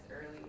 early